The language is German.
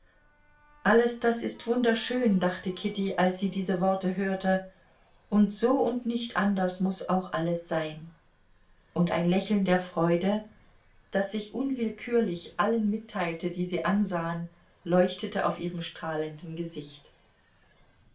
alles das ist wunderschön dachte kitty als sie diese worte hörte und so und nicht anders muß auch alles sein und ein lächeln der freude das sich unwillkürlich allen mitteilte die sie ansahen leuchtete auf ihrem strahlenden gesicht